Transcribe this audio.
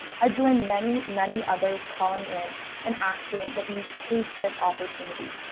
i joined many, many others calling in and asking that you take this opportunity.